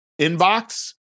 inbox